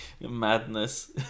madness